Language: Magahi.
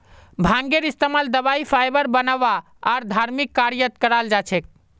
भांगेर इस्तमाल दवाई फाइबर बनव्वा आर धर्मिक कार्यत कराल जा छेक